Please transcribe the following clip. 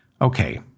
okay